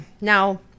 Now